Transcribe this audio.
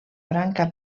branca